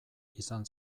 izan